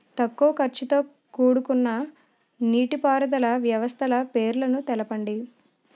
తక్కువ ఖర్చుతో కూడుకున్న నీటిపారుదల వ్యవస్థల పేర్లను తెలపండి?